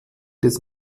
des